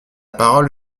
parole